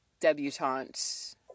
debutante